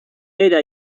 era